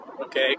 okay